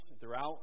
throughout